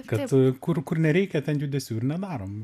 kartu kur kur nereikia ten judesių ir nedarom